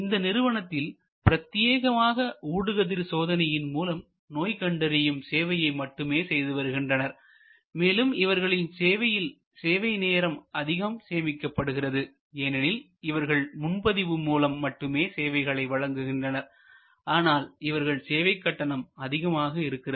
இந்த நிறுவனத்தில் பிரத்தியேகமாக ஊடுகதிர் சோதனையின் மூலம் நோய் கண்டறியும் சேவையை மட்டுமே செய்து வருகின்றனர் மேலும் இவர்களில் சேவையில் நேரம் அதிகம் சேமிக்கப்படுகிறது ஏனெனில் இவர்கள் முன்பதிவு மூலம் மட்டுமே சேவைகளை வழங்குகின்றனர் ஆனால் இவர்கள் சேவை கட்டணம் அதிகமாக இருக்கிறது